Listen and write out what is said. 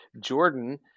jordan